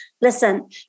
listen